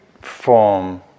form